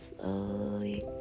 slowly